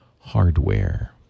hardware